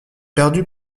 perdu